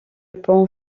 pont